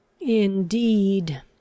Indeed